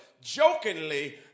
jokingly